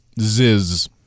Ziz